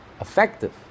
effective